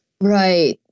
right